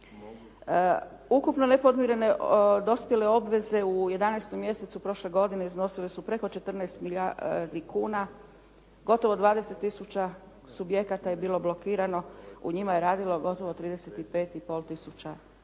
Ukupno nepodmirene dospjele obveze u 11. mjesecu prošle godine iznosile su preko 14 milijardi kuna, gotovo 20 tisuća subjekata je bilo blokirano, u njima je radilo gotovo 35,5 tisuća